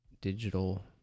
digital